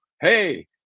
hey